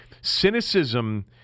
cynicism